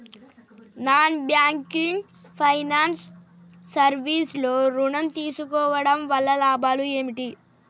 Non banking finance service లో ఋణం తీసుకోవడం వల్ల లాభాలు ఏమిటి?